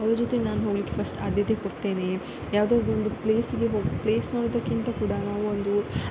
ಅವರ ಜೊತೆ ನಾನು ಹೋಗಲಿಕ್ಕೆ ಫಸ್ಟ್ ಆದ್ಯತೆ ಕೊಡ್ತೇನೆ ಯಾವುದಾದ್ರು ಒಂದು ಪ್ಲೇಸಿಗೆ ಹೋ ಪ್ಲೇಸ್ ನೋಡೋದಕ್ಕಿಂತ ಕೂಡ ನಾವು ಒಂದು